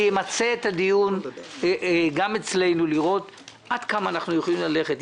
אני אמצא את הדיון גם אצלנו לראות עד כמה אנחנו יכולים ללכת.